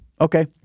Okay